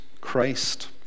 Christ